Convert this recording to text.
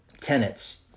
tenets